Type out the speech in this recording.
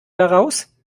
daraus